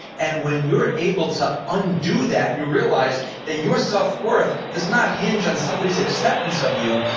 and when you're able to undo that you realize that your self worth does not hinge on somebody's acceptance of you.